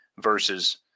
versus